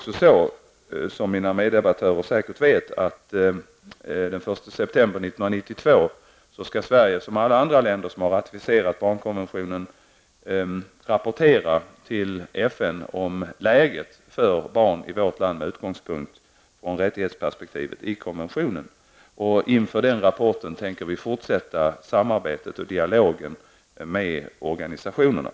Som mina meddebattörer säkert vet skall Sverige den 1 september 1992, precis som alla andra länder som har ratificerat barnkonventionen, rapportera till FN om läget för barn i vårt land med utgångspunkt i rättighetsperspektivet i konventionen. Inför den rapporten tänker vi fortsätta samarbetet och dialogen med organisationerna.